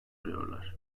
arıyorlar